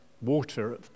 water